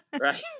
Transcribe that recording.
right